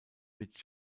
mit